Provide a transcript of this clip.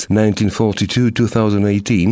1942-2018